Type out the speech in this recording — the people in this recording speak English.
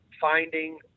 finding